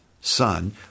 son